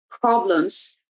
problems